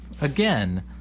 Again